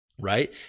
right